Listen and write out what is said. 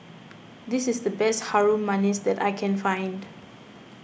this is the best Harum Manis that I can find